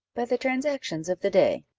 by the transactions of the day.